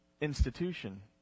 institution